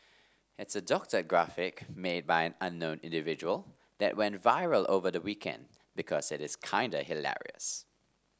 it's a doctored graphic made by an unknown individual that went viral over the weekend because it is kinda hilarious